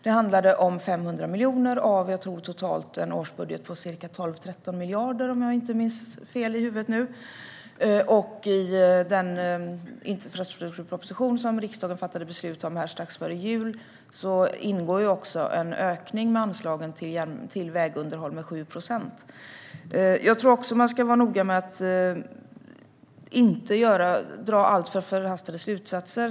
Det handlade om 500 miljoner av en årsbudget på totalt 12-13 miljarder. I den infrastrukturproposition som riksdagen fattade beslut om strax före jul ingår också en ökning av anslagen till vägunderhåll med 7 procent. Man ska nog också vara noga med att inte dra alltför förhastade slutsatser.